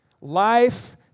Life